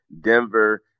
Denver